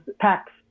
packs